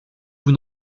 vous